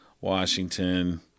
Washington